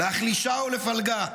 להחלישה ולפלגה.